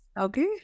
Okay